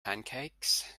pancakes